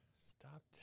Stop